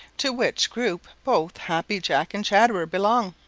to which group both happy jack and chatterer belong.